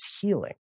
healing